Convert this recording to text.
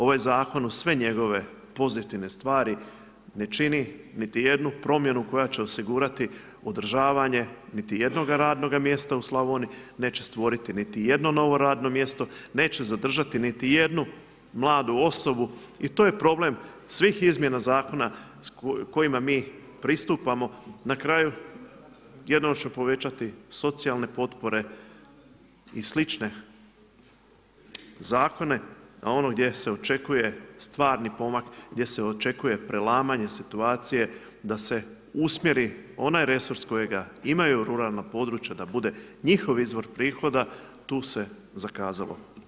Ovaj zakon uz sve njegove pozitivne stvari ne čini niti jednu promjenu koja će osigurati održavanje niti jednoga radnoga mjesta u Slavoniji, neće stvoriti niti jedno novo radno mjesto, neće zadržati niti jednu mladu osobu i to je problem svih izmjena zakona kojima mi pristupamo, na kraju jednom će povećati socijalne potpore i slične zakone a ono gdje se očekuje stvarni pomak, gdje se očekuje prelamanje situacije da se usmjeri onaj resurs kojega imaju ruralna područja da bude njihov izvor prihoda tu se zakazalo.